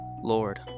Lord